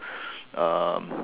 um